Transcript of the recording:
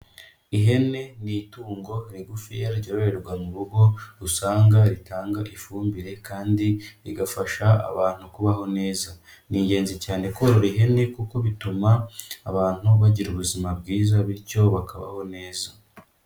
Ihene ni itungo rigufiya ryoroherwa mu rugo, usanga ritanga ifumbire kandi rigafasha abantu kubaho neza, ni ingenzi cyane korora ihene kuko bituma abantu bagira ubuzima bwiza bityo bakabaho neza.